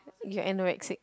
you anorexic